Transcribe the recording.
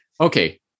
okay